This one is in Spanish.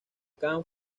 can